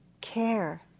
care